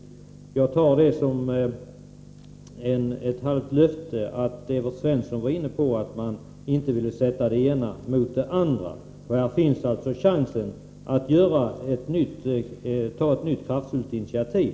Jag tar det som ett halvt löfte att Evert Svensson var inne på att man inte ville sätta det ena mot det andra. Här finns alltså chansen att ta ett nytt kraftfullt initiativ.